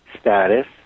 status